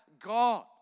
God